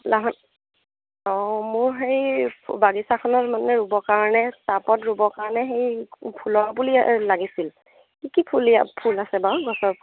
লাহন অঁ মোৰ হেৰি বাগিচাখনত মানে ৰুবৰ কাৰণে টাবত ৰুবৰ কাৰণে হেৰি ফুলৰ পুলি লাগিছিল কি কি ফুল ইয়াত পুলি ফুল আছে বাৰু গছৰ